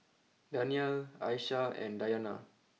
Danial Aisyah and Dayana